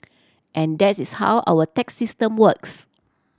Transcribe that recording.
and that is how our tax system works